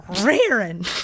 Rearing